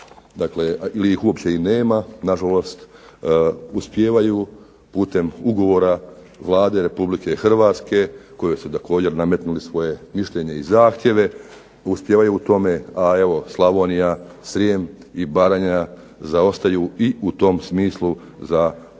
Baranje ili ih uopće i nema nažalost, uspijevaju putem ugovora Vlada Republike Hrvatske kojoj su također nametnuli svoje mišljenje i zahtjeve, uspijevaju u tome, a evo Slavonija, Srijem i Baranja zaostaju i u tom smislu za ostalim